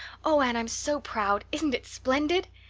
oh, anne i'm so proud! isn't it splendid?